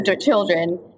children